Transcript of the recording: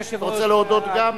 רוצה להודות גם?